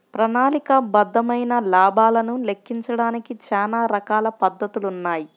ప్రణాళికాబద్ధమైన లాభాలను లెక్కించడానికి చానా రకాల పద్ధతులున్నాయి